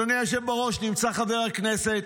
2. אדוני היושב-ראש, נמצא חבר הכנסת